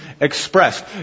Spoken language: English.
expressed